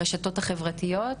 כמו שכינית את זה,